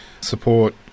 support